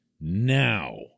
now